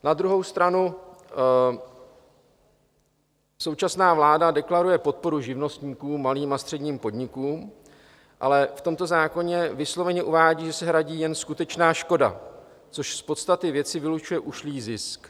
Na druhou stranu současná vláda deklaruje podporu živnostníkům, malým a středním podnikům, ale v tomto zákoně vysloveně uvádí, že se hradí jen skutečná škoda, což z podstaty věci vylučuje ušlý zisk.